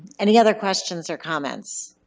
any other questions or comments?